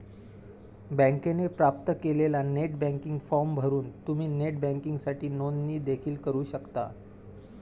बँकेने प्राप्त केलेला नेट बँकिंग फॉर्म भरून तुम्ही नेट बँकिंगसाठी नोंदणी देखील करू शकता